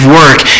work